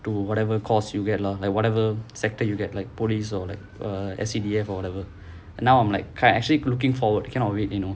to whatever course you get lah like whatever sector you get like police or like err S_C_D_F or whatever and now I'm like I actually looking forward cannot wait you know